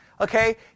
okay